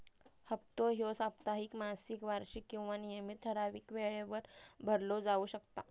हप्तो ह्यो साप्ताहिक, मासिक, वार्षिक किंवा नियमित ठरावीक वेळेवर भरलो जाउ शकता